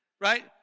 right